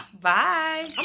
Bye